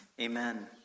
Amen